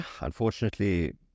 unfortunately